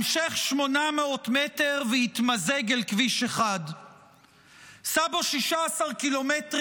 המשך 800 מטר והתמזג אל כביש 1. סע בו 16 ק"מ,